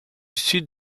sud